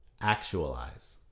Actualize